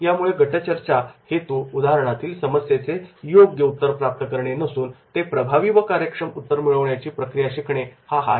त्यामुळे गटचर्चा हेतू उदाहरणातील समस्येचे योग्य उत्तर प्राप्त करणे हा नसून ते प्रभावी व कार्यक्षम उत्तर मिळवण्याची प्रक्रिया शिकणे हा आहे